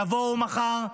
תבואו מחר.